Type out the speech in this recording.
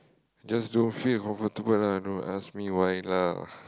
just don't feel comfortable lah don't ask me why lah